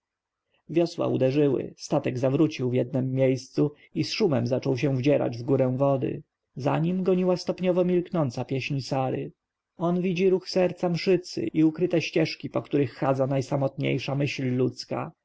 wiosła uderzyły statek zawrócił w jednem miejscu i z szumem zaczął się wdzierać wgórę wody za nim goniła stopniowo milknąca pieśń sary on widzi ruch serca mszycy i ukryte ścieżki po których chadza najsamotniejsza myśl ludzka